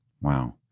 Wow